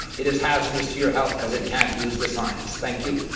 it is hazardous to your health because it can't use the science. thank you.